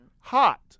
Hot